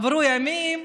עברו ימים,